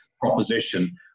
proposition